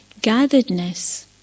gatheredness